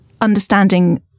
understanding